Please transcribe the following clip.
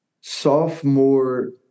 sophomore